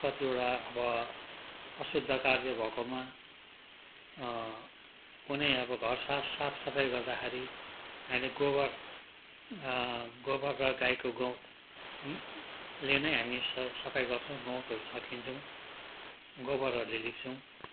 कतिवटा अब अशुद्ध कार्य भएकोमा कुनै अब घर साफसफाइ गर्दाखेरि हामीले गोबर गोबर र गाईको गउँतले नै हामी सफाइ गर्छौँ गउँतहरू छर्किन्छौँ गोबरहरूले लिप्छौँ